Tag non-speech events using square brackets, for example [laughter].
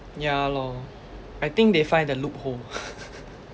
ya lor I think they find the loophole [laughs]